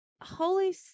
holy